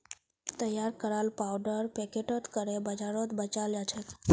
तैयार कराल पाउडर पैकेटत करे बाजारत बेचाल जाछेक